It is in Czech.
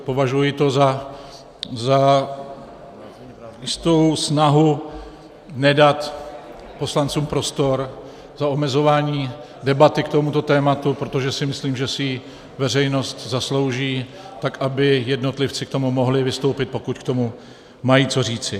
Považuji to za jistou snahu nedat poslancům prostor, za omezování debaty k tomuto tématu, protože si myslím, že si ji veřejnost zaslouží, tak aby jednotlivci k tomu mohli vystoupit, pokud k tomu mají co říci.